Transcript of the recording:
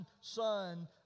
Son